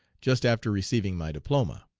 just after receiving my diploma.